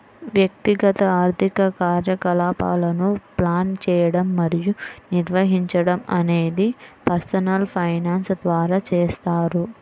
వ్యక్తిగత ఆర్థిక కార్యకలాపాలను ప్లాన్ చేయడం మరియు నిర్వహించడం అనేది పర్సనల్ ఫైనాన్స్ ద్వారా చేస్తారు